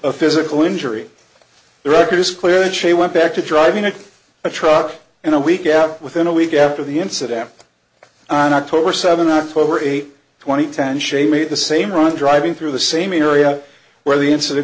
a physical injury the record is clear and she went back to driving a truck in a week out within a week after the incident on october seven october eighth two thousand and ten shane made the same run driving through the same area where the incident